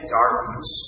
darkness